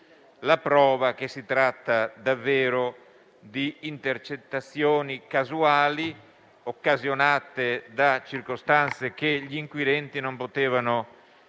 la prova che si tratta davvero di intercettazioni casuali, occasionate da circostanze che gli inquirenti non potevano